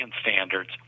Standards